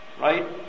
Right